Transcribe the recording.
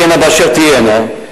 תהיינה באשר תהיינה,